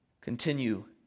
Continue